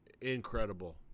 Incredible